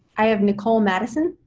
i have nicole madison.